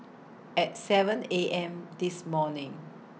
At seven A M This morning